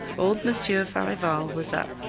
old monsieur farival was up,